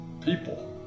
people